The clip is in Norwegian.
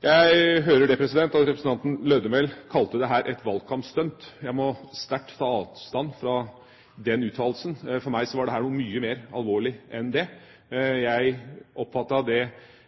det. Jeg hører at representanten Lødemel kalte dette et «valgkampstunt». Jeg må sterkt ta avstand fra den uttalelsen. For meg var dette mye mer alvorlig enn det. Jeg oppfatter det